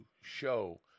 show